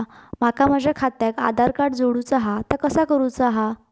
माका माझा खात्याक आधार कार्ड जोडूचा हा ता कसा करुचा हा?